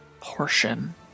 portion